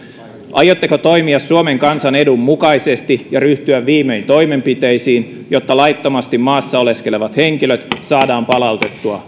aiotteko toimia suomen kansan edun mukaisesti ja ryhtyä viimein toimenpiteisiin jotta laittomasti maassa oleskelevat henkilöt saadaan palautettua